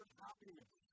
happiness